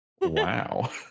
wow